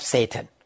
Satan